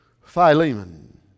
Philemon